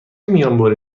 میانبری